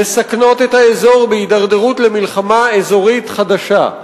מסכנים את האזור בהידרדרות למלחמה אזורית חדשה.